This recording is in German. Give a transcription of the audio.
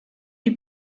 die